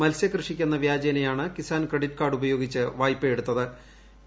മത്സ്യ കൃഷിക്കെന്ന വ്യാജേനയാണ് കിസാൻ ക്രെഡിറ്റ് കാർഡുപയോഗിച്ച് പൂർണിയാണ്